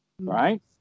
right